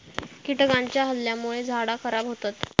कीटकांच्या हल्ल्यामुळे झाडा खराब होतत